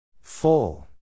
full